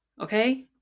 Okay